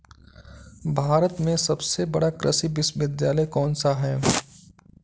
भारत में सबसे बड़ा कृषि विश्वविद्यालय कौनसा है?